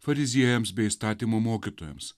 fariziejams bei įstatymo mokytojams